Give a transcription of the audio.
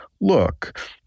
look